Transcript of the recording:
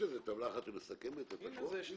יש טבלה אחת שמסכמת את הכול?